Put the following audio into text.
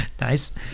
Nice